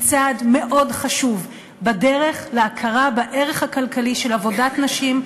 היא צעד חשוב מאוד בדרך להכרה בערך הכלכלי של עבודת נשים,